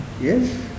yes